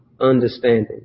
understanding